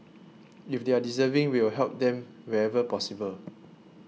if they are deserving we will help them wherever possible